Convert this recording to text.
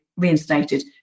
Reinstated